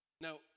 Now